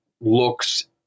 looks